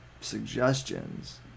suggestions